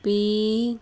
P